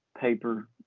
paper